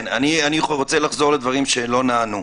אני רוצה לחזור לדברים שלא נענו.